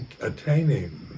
attaining